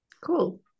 Cool